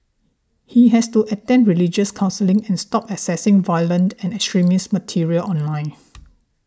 he has to attend religious counselling and stop accessing violent and extremist material online